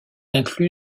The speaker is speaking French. inclus